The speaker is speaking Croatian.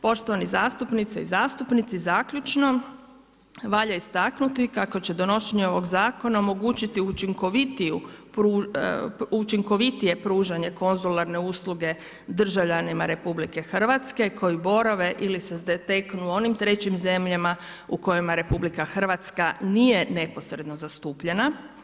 Poštovane zastupnice i zastupnici, zaključno valja istaknuti kako donošenje ovog zakona omogućiti učinkovitije pružanje konzularne usluge državljanima RH koji borave ili se zateknu u onim trećim zemljama u kojima RH nije neposredno zastupljena.